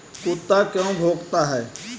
कुत्ता क्यों भौंकता है?